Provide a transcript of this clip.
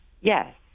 yes